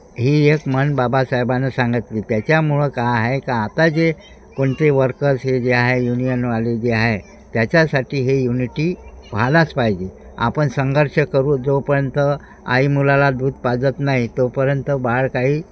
ही एक म्हण बाबासाहेबांनी सांगितली त्याच्यामुळं काय आहे का आता जे कोणते वर्कर्स हे जे आहे युनियनवाले जे आहे त्याच्यासाठी हे युनिटी व्हायलाच पाहिजे आपण संघर्ष करू जोपर्यंत आई मुलाला दूध पाजत नाही तोपर्यंत बाळ काही